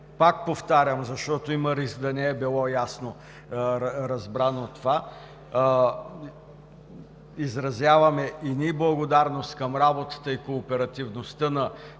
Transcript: пак повтарям, защото има риск да не е било ясно разбрано това – изразяваме и ние благодарност към работата и по оперативността на